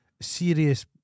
serious